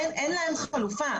אין להם חלופה.